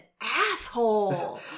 asshole